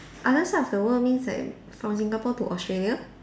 other side of the world means like from Singapore to Australia